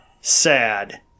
sad